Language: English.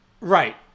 Right